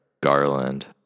Garland